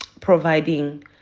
providing